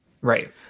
right